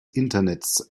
internets